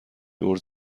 دور